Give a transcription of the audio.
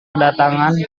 kedatangan